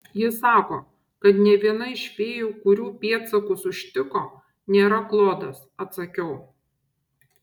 ji sako kad nė viena iš fėjų kurių pėdsakus užtiko nėra klodas atsakiau